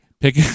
Pick